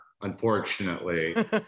unfortunately